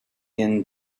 end